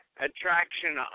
attraction